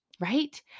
right